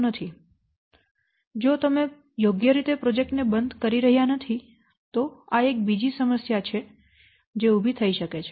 તેથી જો તમે પ્રોજેક્ટ ને યોગ્ય રીતે બંધ કરી રહ્યાં નથી તો આ એક બીજી સમસ્યા છે જે ઉભી થઈ શકે છે